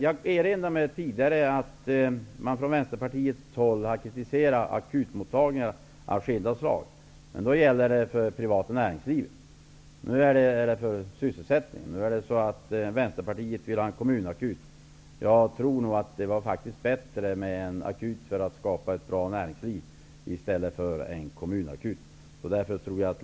Jag erinrar mig att man från Vänsterpartiets håll tidigare har kritiserat akutmottagningar av skilda slag. Då har det gällt det privata näringslivet. Nu gäller det att rädda sysselsättningen, och nu vill Vänsterpartiet ha en kommunakut. Jag tror faktiskt att det vore bättre med en akutmottagning för att skapa ett bra näringsliv, i stället för en kommunakut.